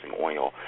oil